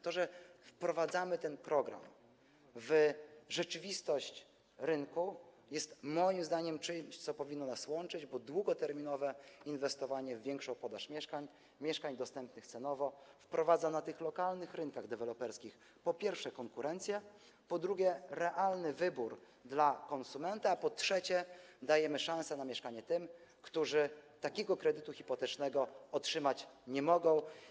To, że wprowadzamy ten program w rzeczywistość rynku, jest, moim zdaniem, czymś, co powinno nas łączyć, bo długoterminowe inwestowanie w większą podaż mieszkań, mieszkań dostępnych cenowo, wprowadza na tych lokalnych rynkach deweloperskich, po pierwsze, konkurencję, po drugie, możliwość realnego wyboru dla konsumenta, a po trzecie, dajemy szansę na mieszkanie tym, którzy takiego kredytu hipotecznego otrzymać nie mogą.